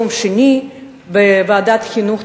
הדיון יהיה ביום שני בוועדת החינוך,